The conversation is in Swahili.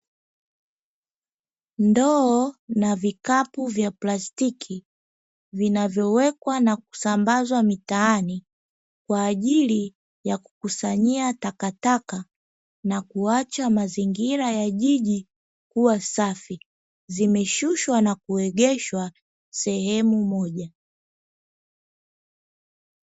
Ndoo na vikapu vya plastiki vinavyowekwa na kusambazwa mitaani, kwa ajili ya kukusanyia takataka na kuacha mazingira ya jiji kuwa safi, zimeshushwa na kuegeshwa sehemu moja.